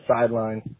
sideline